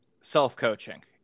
Self-coaching